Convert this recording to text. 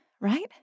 right